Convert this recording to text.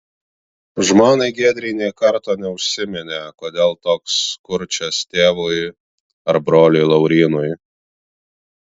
žmonai giedrei nė karto neužsiminė kodėl toks kurčias tėvui ar broliui laurynui